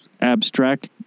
abstract